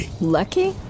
lucky